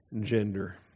gender